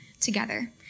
together